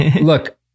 Look